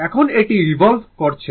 এখন এটি রিভল্ভ করছে